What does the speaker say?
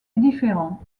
différents